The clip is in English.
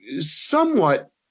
somewhat